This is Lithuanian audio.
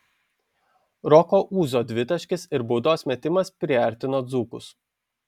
roko ūzo dvitaškis ir baudos metimas priartino dzūkus